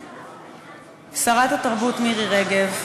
שרת התרבות מירי רגב,